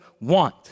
want